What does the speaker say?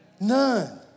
None